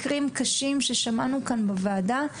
היו מקרים קשים ששמענו כאן בוועדה,